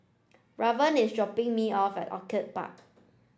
Raven is dropping me off at Orchid Park